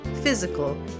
physical